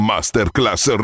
Masterclass